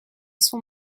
son